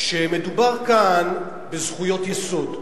שמדובר כאן בזכויות יסוד,